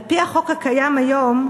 על-פי החוק הקיים כיום,